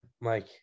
Mike